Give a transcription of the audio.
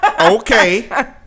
okay